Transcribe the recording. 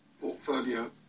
portfolio